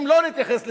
אם לא נתייחס לזה,